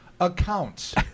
Accounts